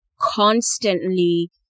constantly